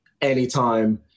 anytime